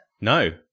No